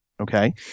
okay